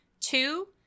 Two